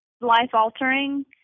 life-altering